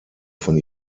von